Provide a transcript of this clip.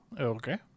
Okay